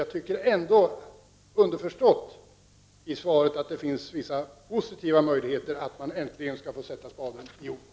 Jag tycker ändå att det underförstått i svaret finns vissa positiva möjligheter att man äntligen skall få sätta spaden i jorden.